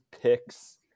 picks